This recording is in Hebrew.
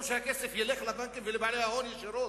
שהכסף ילך לבנקים ולבעלי ההון ישירות?